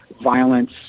violence